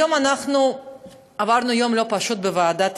היום אנחנו עברנו יום לא פשוט בוועדת